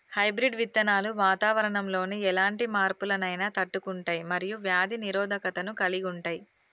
hybrid విత్తనాలు వాతావరణంలోని ఎలాంటి మార్పులనైనా తట్టుకుంటయ్ మరియు వ్యాధి నిరోధకతను కలిగుంటయ్